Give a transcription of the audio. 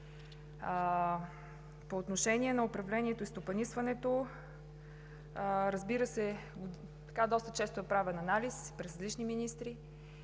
По отношение управлението и стопанисването, разбира се, доста често е правен анализ при предишни министри.